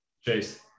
Chase